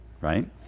right